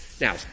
Now